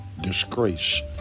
disgrace